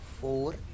four